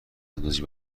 بندازی